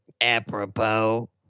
Apropos